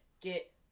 get